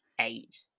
eight